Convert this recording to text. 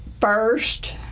first